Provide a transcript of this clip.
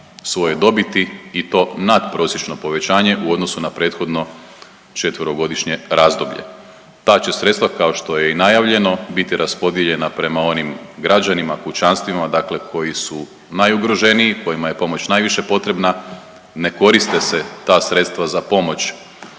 svoje dobiti i to nadprosječno povećanje u odnosu na prethodno četverogodišnje razdoblje. Ta će sredstva kao što je i najavljeno biti raspodijeljena prema onim građanima, kućanstvima koji su najugroženiji, kojima je pomoć najviše potrebna, ne koriste se ta sredstva za pomoć